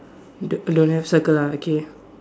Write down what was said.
don't don't have circle ah okay